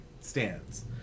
stands